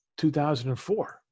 2004